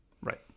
Right